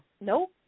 Nope